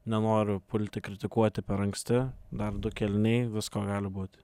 nenoriu pulti kritikuoti per anksti dar du kėliniai visko gali būti